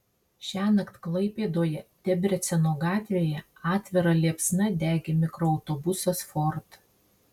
šiąnakt klaipėdoje debreceno gatvėje atvira liepsna degė mikroautobusas ford